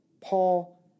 Paul